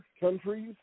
countries